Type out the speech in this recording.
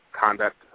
conduct